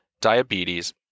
diabetes